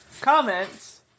comments